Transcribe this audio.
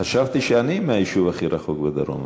חשבתי שאני מהיישוב הכי רחוק בדרום,